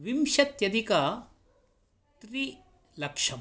विंशत्यधिकद्विलक्षम्